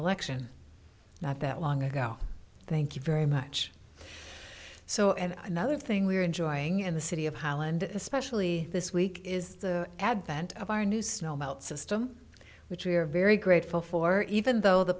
election not that long ago thank you very much so and another thing we're enjoying in the city of holland especially this week is the advent of our new snow melt system which we are very grateful for even though the